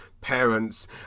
parents